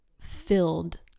filled